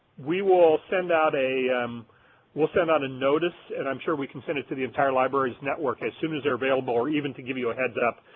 we will send out a um we'll send out a notice and i'm sure we can send it to the entire library's network as soon as they're available or even to give you a heads up.